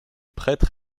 prêtres